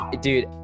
dude